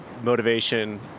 motivation